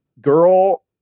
girl